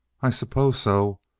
i suppose so.